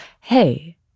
hey